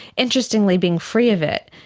interestingly, being free of it,